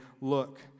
Look